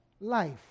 life